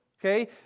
Okay